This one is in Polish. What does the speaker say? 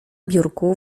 biurku